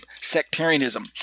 sectarianism